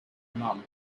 mum